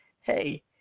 hey